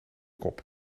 kop